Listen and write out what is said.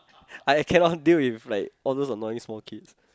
I can not deal with like all those of noisy small kid